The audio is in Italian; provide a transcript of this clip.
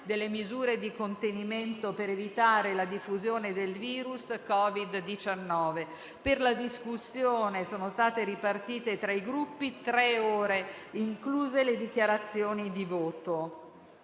delle misure di contenimento per evitare la diffusione del virus Covid-19. Per la discussione sono state ripartite tra i Gruppi tre ore, incluse le dichiarazioni di voto.